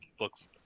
looks